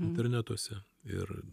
internetuose ir